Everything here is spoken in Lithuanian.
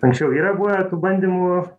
anksčiau yra buvę tų bandymų